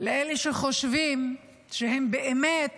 לאלה שחושבים שהם באמת